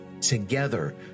together